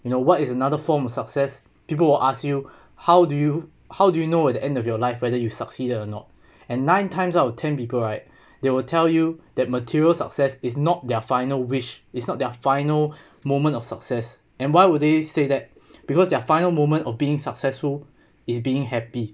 you know what is another form of success people will ask you how do you how do you know at the end of your life whether you succeed or not and nine times out of ten people right they will tell you that material success is not their final which is not their final moment of success and why would they say that because their final moment of being successful is being happy